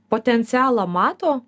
potencialą mato